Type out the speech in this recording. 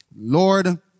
Lord